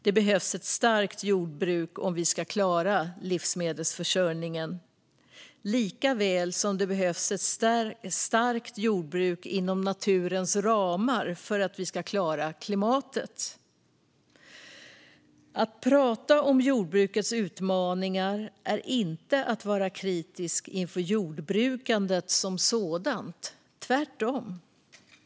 Det behövs ett starkt jordbruk om vi ska klara livsmedelsförsörjningen likaväl som det behövs ett starkt jordbruk inom naturens ramar för att vi ska klara klimatet. Att prata om jordbrukets utmaningar är inte att vara kritisk inför jordbrukandet som sådant, utan tvärtom.